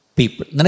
people